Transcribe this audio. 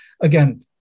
Again